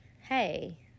hey